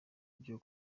byo